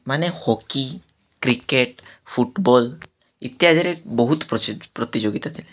ମାନେ hockey cricket football ଇତ୍ୟାଦିରେ ବହୁତ ପ୍ରତିଯୋଗିତା ଥିଲେ